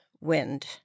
wind